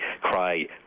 cry